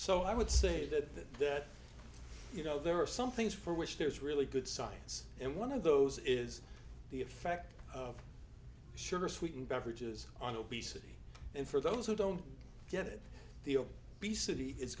so i would say that you know there are some things for which there is really good science and one of those is the effect of sugar sweetened beverages on obesity and for those who don't get it the old city it's